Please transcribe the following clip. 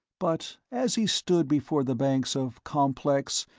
but as he stood before the banks of complex,